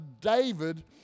David